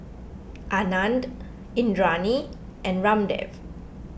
Anand Indranee and Ramdev